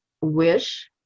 wish